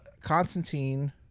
Constantine